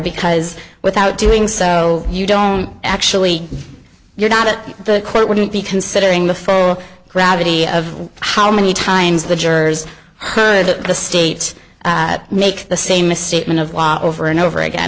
because without doing so you don't actually you're not at the court wouldn't be considering the full gravity of how many times the jurors heard the state make the same misstatement of over and over again